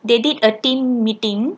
they did a team meeting